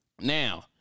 Now